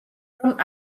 რომ